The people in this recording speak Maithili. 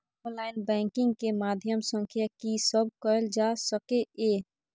ऑनलाइन बैंकिंग के माध्यम सं की सब कैल जा सके ये?